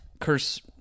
curse